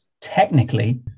technically